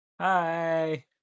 Hi